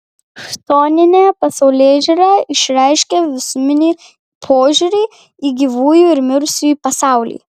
chtoninė pasaulėžiūra išreiškia visuminį požiūrį į gyvųjų ir mirusiųjų pasaulį